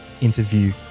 interview